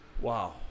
Wow